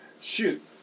shoot